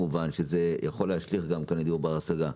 קטסטרופלית שיכולה להשליך גם על דיור בר השגה.